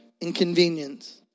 inconvenience